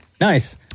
Nice